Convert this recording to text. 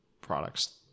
products